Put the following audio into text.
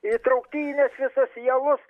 į trauktines visas į alus